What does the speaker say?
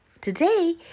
Today